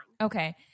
Okay